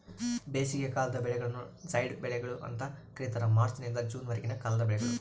ಬೇಸಿಗೆಕಾಲದ ಬೆಳೆಗಳನ್ನು ಜೈಡ್ ಬೆಳೆಗಳು ಅಂತ ಕರೀತಾರ ಮಾರ್ಚ್ ನಿಂದ ಜೂನ್ ವರೆಗಿನ ಕಾಲದ ಬೆಳೆಗಳು